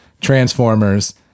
Transformers